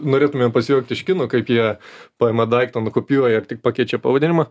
norėtumėm pasijuokt iš kinų kaip jie paima daiktą nukopijuoja tik pakeičia pavadinimą